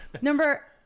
Number